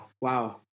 wow